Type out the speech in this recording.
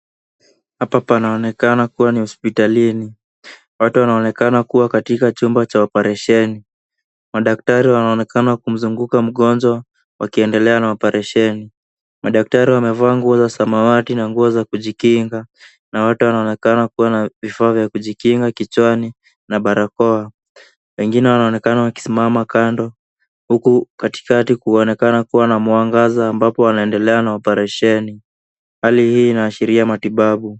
Hapa panaonekana kuwa ni hospitalini. Watu wanaonekana kuwa katika chumba cha operesheni. Madaktari wanaonekana kumzunguka mgonjwa wakiendelea na operesheni. Madaktari wamevaa nguo za samawati na nguo za kujikinga na wote wanaonekana kuwa na vifaa vya kujikinga kichwani na barakoa. Wengine wanaonekana wakisimama kando huku katikati kuonekana kuwa na mwangaza ambapo wanaendelea na operesheni. Hali hii inaashiria matibabu.